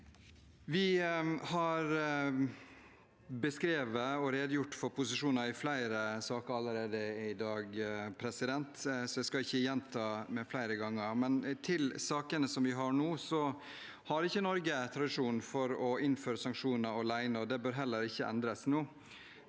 Vi har beskrevet og redegjort for posisjoner i flere saker allerede i dag, så jeg skal ikke gjenta det flere ganger, men til de sakene vi har nå: Norge har ikke tradisjon for å innføre sanksjoner alene, og det bør heller ikke endres nå.